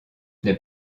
n’ai